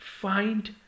find